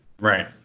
Right